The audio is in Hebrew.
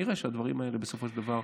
שאראה שהדברים האלה בסופו של דבר,